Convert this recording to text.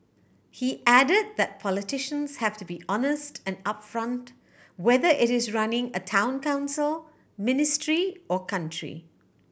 he added that politicians have to be honest and upfront whether it is running a Town Council ministry or country